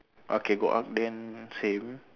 okay got arch then same